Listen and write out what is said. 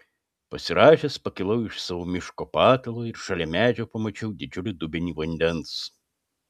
pasirąžęs pakilau iš savo miško patalo ir šalia medžio pamačiau didžiulį dubenį vandens